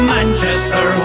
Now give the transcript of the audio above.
Manchester